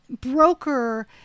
broker